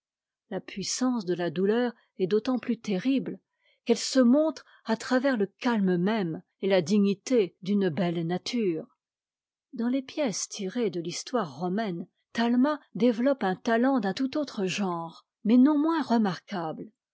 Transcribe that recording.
la puissance de la douleur est d'autant plus terrible qu'elle sè montre à travers le calme même et la dignité d'une belle nature dans les pièces tirées de l'histoire romaine talma développe un talent d'un tout autre genre mais non moins remarquable